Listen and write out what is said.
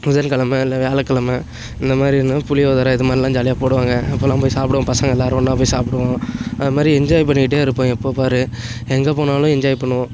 புதன்கிழமை இல்லை வியாழக்கிழமை இந்த மாதிரி வந்து புளியோதரை இது மாதிரிலாம் ஜாலியாக போடுவாங்க அப்போல்லாம் போய் சாப்பிடுவோம் பசங்க எல்லோரும் ஒன்றா போய் சாப்பிடுவோம் அது மாதிரி என்ஜாய் பண்ணிக்கிட்டே இருப்போம் எப்போ பாரு எங்கே போனாலும் என்ஜாய் பண்ணுவோம்